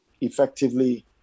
effectively